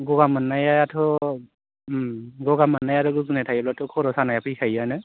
गगा मोन्नायाथ' ओम गगा मोन्नाय आरो गुजुनाय थायोबाथ' खर' सानाया फैखायोआनो